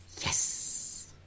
Yes